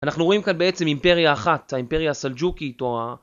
אנחנו רואים כאן בעצם אימפריה אחת, האימפריה הסלג'וקית או ה...